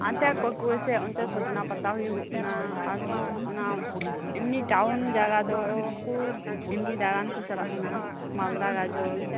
ᱦᱟᱱᱛᱮ ᱟᱨ ᱯᱟᱹᱠᱩᱲ ᱥᱮᱡ ᱚᱱᱛᱮ ᱥᱚᱡᱱᱟ ᱯᱟᱛᱟ ᱦᱩᱭᱩᱜᱚᱜ ᱠᱟᱱᱟ ᱟᱨᱦᱚᱸ ᱚᱱᱟ ᱮᱱᱢᱤ ᱴᱟᱭᱩᱱ ᱡᱟᱜᱟ ᱫᱚ ᱩᱱᱠᱩᱨ ᱮᱢᱱᱤ ᱫᱟᱲᱟᱱ ᱠᱚ ᱪᱟᱞᱟᱜ ᱠᱟᱱᱟ ᱢᱟᱞᱫᱟ ᱜᱟᱡᱚᱞ